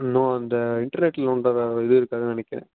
no அந்த இன்டர்நெட்டில் நோண்டாத இது இருக்காதுன்னு நினைக்குறேன்